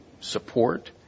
support